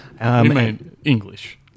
English